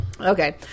Okay